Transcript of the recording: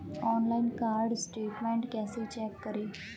Online card statement कैसे check करें?